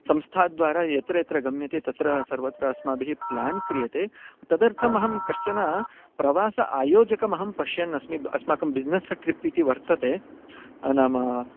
संस्थाद्वारा यत्र यत्र गम्यते तत्र सर्वत्र अस्माभिः प्लेन् क्रियते तदर्थमहं कश्चन प्रवास आयोजकमहं पश्यन् अस्मि अस्माकं बिस्नेस् ट्रिप् इति वर्तते नाम